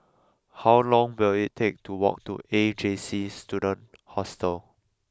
how long will it take to walk to A J C Student Hostel